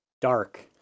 dark